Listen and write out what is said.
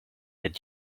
het